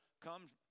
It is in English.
comes